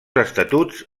estatuts